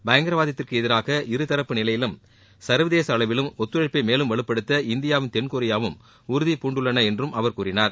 பயங்கரவாதத்திற்கு எதிராக இரு தரப்பு நிலையிலும் சர்வதேச அளவிலும் ஒத்துழைப்பை மேலும் வலுப்படுத்த இந்தியாவும் தென்கொரியாவும் உறுதிபூண்டுள்ளன என்றும் அவர் கூறினார்